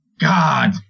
God